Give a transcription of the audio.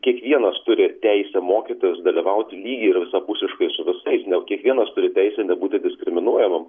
kiekvienas turi teisę mokytis dalyvauti lygiai ir visapusiškai su visais kiekvienas turi teisę nebūti diskriminuojamam